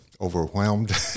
overwhelmed